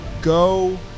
go